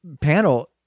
panel